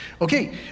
Okay